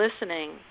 listening –